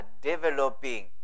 developing